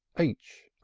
h!